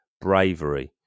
bravery